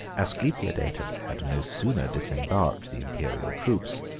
asclepiodatus had no sooner disembarked the imperial troops,